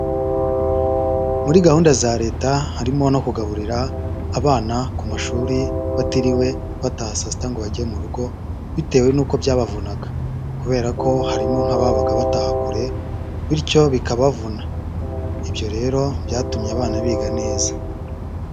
Muri gahunda za Leta harimo no kugaburira abana ku mashuri batiriwe bataha saa sita ngo bajye mu rugo bitewe n'uko byabavunaga, kubera ko harimo nk'ababaga bataha kure bityo bikabavuna, ibyo rero byatumye abana biga neza.